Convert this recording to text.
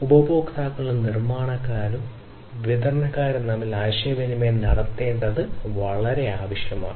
ഉപഭോക്താക്കളും നിർമ്മാതാക്കളും വിതരണക്കാരും തമ്മിൽ ആശയവിനിമയം നടത്തേണ്ടത് വളരെ ആവശ്യമാണ്